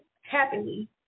happily